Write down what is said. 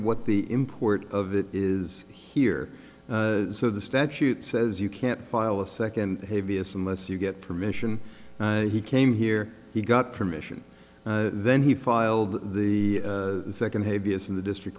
what the import of it is here so the statute says you can't file a second heaviest unless you get permission he came here he got permission then he filed the second hey b s in the district